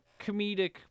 comedic